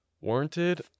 Warranted